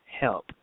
help